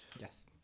Yes